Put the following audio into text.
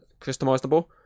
customizable